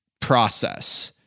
process